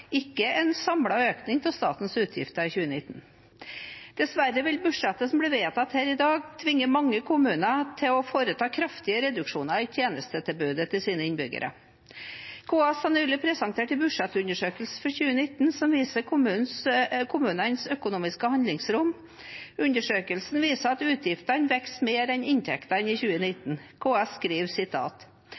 ikke en samlet økning av statens utgifter i 2019. Dessverre vil budsjettet som blir vedtatt her i dag, tvinge mange kommuner til å foreta kraftige reduksjoner i tjenestetilbudet til sine innbyggere. KS har nylig presentert en budsjettundersøkelse for 2019 som viser kommunenes økonomiske handlingsrom. Undersøkelsen viser at utgiftene vokser mer enn inntektene i 2019. KS skriver: